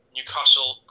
Newcastle